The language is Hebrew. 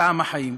טעם החיים?